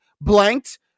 blanked